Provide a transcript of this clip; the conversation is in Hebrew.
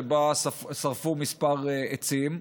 שבה שרפו כמה עצים,